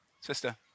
Sister